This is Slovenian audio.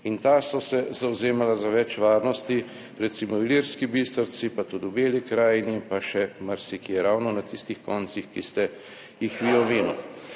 in ta so se zavzemala za več varnosti recimo v Ilirski Bistrici, pa tudi v Beli krajini, pa še marsikje, ravno na tistih koncih, ki ste jih vi omenil.